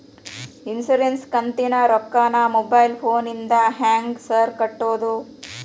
Insurance ಕಂತಿನ ರೊಕ್ಕನಾ mobile ಫೋನಿಂದ ಹೆಂಗ್ ಸಾರ್ ಕಟ್ಟದು?